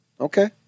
okay